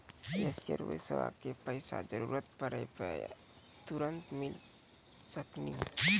इंश्योरेंसबा के पैसा जरूरत पड़े पे तुरंत मिल सकनी?